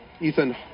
Ethan